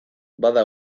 bada